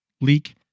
leak